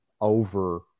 over